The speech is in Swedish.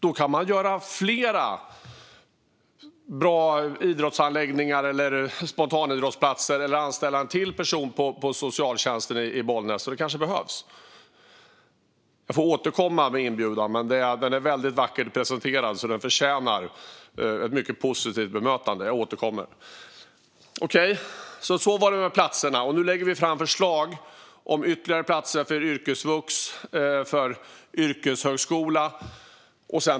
Då kan man göra fler bra idrottsanläggningar eller spontanidrottsplatser eller anställa en person till på socialtjänsten i Bollnäs. Det kanske behövs. Jag får återkomma när det gäller inbjudan. Men den är väldigt vackert presenterad, så den förtjänar ett mycket positivt bemötande. Så var det det här med platserna. Vi lägger nu fram förslag om ytterligare platser inom yrkesvux och yrkeshögskola.